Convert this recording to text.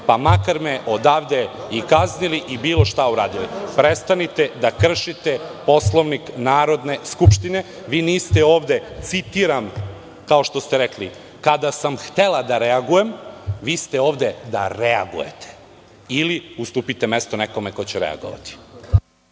pa makar me odavde i kaznili i bilo šta uradili. Prestanite da kršite Poslovnik Narodne skupštine. Vi niste ovde, citiram kao što ste rekli – kada sam htela da reagujem. Vi ste ovde da reagujete, ili ustupite mesto nekome ko će reagovati.